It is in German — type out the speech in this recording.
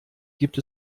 gibt